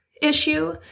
issue